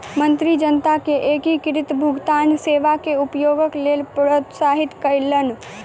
मंत्री जनता के एकीकृत भुगतान सेवा के उपयोगक लेल प्रोत्साहित कयलैन